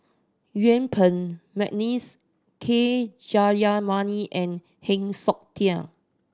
Yuen Peng McNeice K Jayamani and Heng Siok Tian